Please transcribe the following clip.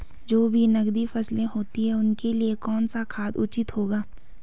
जो भी नकदी फसलें होती हैं उनके लिए कौन सा खाद उचित होगा?